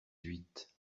huit